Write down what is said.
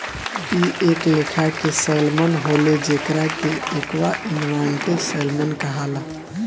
इ एक लेखा के सैल्मन होले जेकरा के एक्वा एडवांटेज सैल्मन कहाला